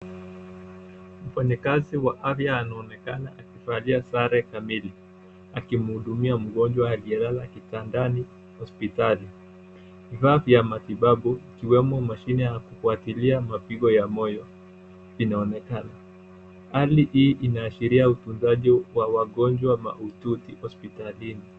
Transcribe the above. Mfanyakazi wa avya anaonekana akivalia sare kamili akimhudumia mgonjwa aliyelala kitandani hospitali. Vifaa vya matibabu ikiwemo mashini ya kufuatilia mapigo ya moyo inaonekana. Hali hii inaashiria utunzaji wa wagonjwa mahututi hospitalini.